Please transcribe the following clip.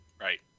Right